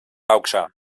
augšā